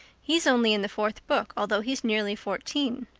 he's only in the fourth book although he's nearly fourteen.